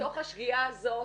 ובתוך השגיאה הזאת,